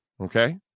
Okay